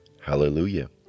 Hallelujah